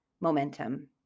momentum